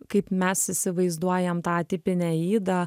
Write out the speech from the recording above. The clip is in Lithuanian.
kaip mes įsivaizduojam tą tipinę aidą